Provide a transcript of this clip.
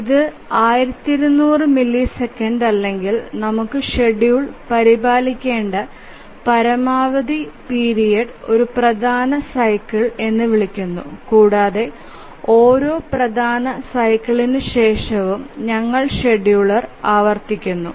ഇതു 1200 മില്ലിസെക്കൻഡ് അല്ലെങ്കിൽ നമുക്ക് ഷെഡ്യൂൾ പരിപാലിക്കേണ്ട പരമാവധി പീരിയഡ് ഒരു പ്രധാന സൈക്കിൾ എന്ന് വിളിക്കുന്നു കൂടാതെ ഓരോ പ്രധാന സൈക്കിളിനുശേഷവും ഞങ്ങൾ ഷെഡ്യൂൾ ആവർത്തിക്കുന്നു